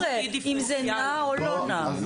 לגמרי, אם זה נע או לא נע.